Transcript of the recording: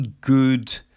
good